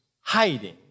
hiding